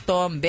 Tom